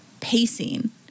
pacing